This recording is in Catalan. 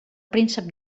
príncep